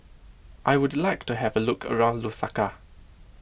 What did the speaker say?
I would like to have a look around Lusaka